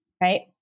Right